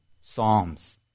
psalms